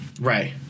Right